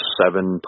seven